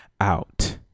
out